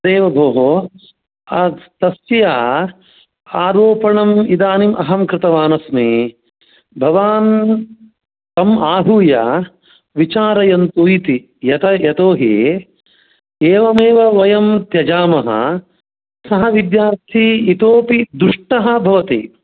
तदेव भोः तस्य अरोपणम् इदानीं अहं कृतवान् अस्मि भवान् तम् आहूय विचारयन्तु इति यत यतोहि एवमेव वयं त्यजामः सः विद्यार्थी इतोपि दुष्टः भवति